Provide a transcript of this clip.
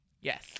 Yes